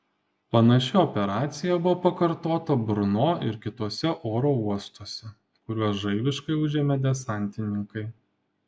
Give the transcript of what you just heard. panaši operacija buvo pakartota brno ir kituose oro uostuose kuriuos žaibiškai užėmė desantininkai